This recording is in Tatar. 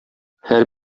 һәр